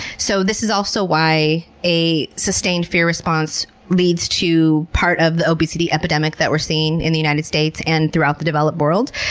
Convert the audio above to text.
so this is also why a sustained fear response leads to part of the obesity epidemic that we're seeing in the united states and throughout the developed world.